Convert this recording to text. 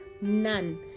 none